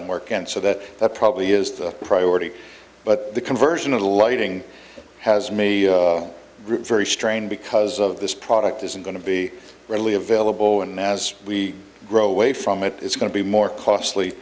and work and so that probably is the priority but the conversion of the lighting has made a very strained because of this product isn't going to be readily available and as we grow away from it it's going to be more costly